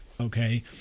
okay